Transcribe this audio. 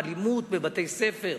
אלימות בבתי-ספר,